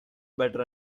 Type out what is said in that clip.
butter